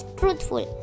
truthful